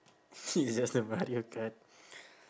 this is just the mario kart